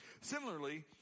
Similarly